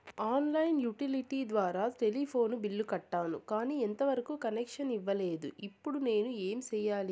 On line utility ద్వారా telephone bill కట్టాను, కానీ ఎంత వరకు కనెక్షన్ ఇవ్వలేదు, ఇప్పుడు నేను ఏమి సెయ్యాలి?